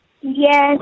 Yes